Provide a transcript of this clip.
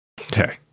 Okay